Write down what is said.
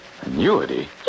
Annuity